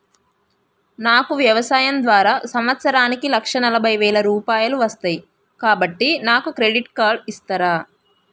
నాకు వ్యవసాయం ద్వారా సంవత్సరానికి లక్ష నలభై వేల రూపాయలు వస్తయ్, కాబట్టి నాకు క్రెడిట్ కార్డ్ ఇస్తరా?